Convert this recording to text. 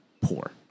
poor